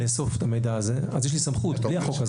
לאסוף את המידע הזה אז יש לי סמכות.